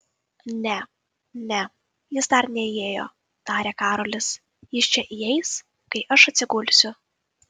ne ne jis dar neįėjo tarė karolis jis čia įeis kai aš atsigulsiu